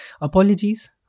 apologies